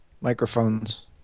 microphones